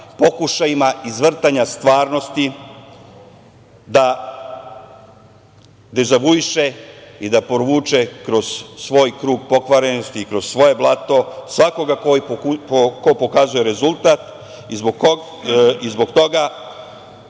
pokušajima izvrtanja stvarnosti da dezavuiše i da provuče kroz svoj krug pokvarenosti i kroz svoje blato svakoga ko pokazuje rezultat i zbog tog